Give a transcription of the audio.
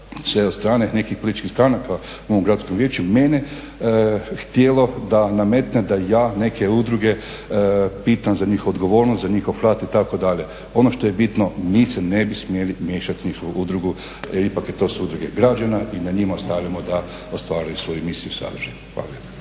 se od strane nekih političkih stranaka u mom gradskom vijeću, mene htjelo da nametne da ja neke udruge pitam za njihovu odgovornost, za njihov rad itd. ono što je bitno mi se ne bi smjeli miješati u njihovu udrugu jer ipak to su udruge građana i njima ostavljamo da ostvaruju svoju misiju i sadržaj. Hvala